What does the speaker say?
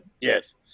Yes